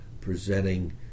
presenting